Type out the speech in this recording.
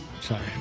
Sorry